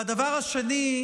והדבר השני,